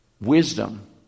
Wisdom